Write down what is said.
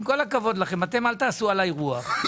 עם כל הכבוד, אל תעשו עליי רוח.